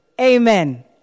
Amen